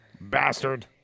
Bastard